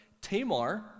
tamar